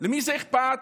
למי זה אכפת?